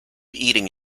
eating